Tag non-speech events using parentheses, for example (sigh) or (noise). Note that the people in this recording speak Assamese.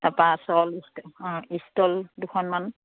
তাৰ পৰা আঁচল (unintelligible) ইষ্টল দুখনমান